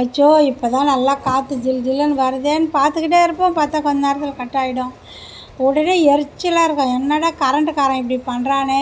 அச்சோ இப்போதான் நல்லா காற்று ஜில் ஜில்னு வருதேன்னு பார்த்துக்கிட்டே இருப்பேன் பார்த்தா கொஞ்சம் நேரத்தில் கட் ஆகிடும் உடனே எரிச்சலாக இருக்கும் என்னடா கரண்ட்டுக்காரன் இப்படி பண்ணுறானே